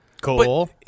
cool